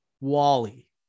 Wally